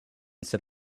sit